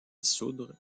dissoudre